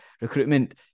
recruitment